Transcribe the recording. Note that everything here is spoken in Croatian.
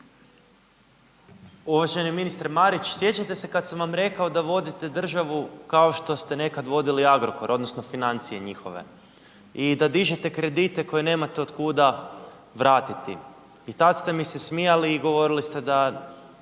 Uvaženi ministre Marić. Sjećate se kada sam vam rekao da vodite državu kao što ste nekad vodili Agrokor odnosno financije njihove i da dižete kredite koje nemate od kuda pratiti i tada ste mi se smijali i govorili ste da